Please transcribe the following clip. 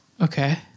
Okay